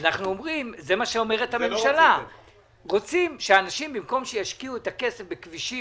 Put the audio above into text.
אנחנו רוצים שבמקום שאנשים ישקיעו את הכסף בכבישים